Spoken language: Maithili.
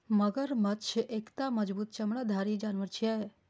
मगरमच्छ एकटा मजबूत चमड़ाधारी जानवर छियै